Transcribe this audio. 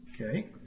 Okay